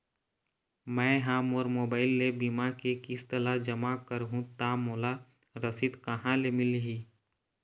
मैं हा मोर मोबाइल ले बीमा के किस्त ला जमा कर हु ता मोला रसीद कहां ले मिल ही?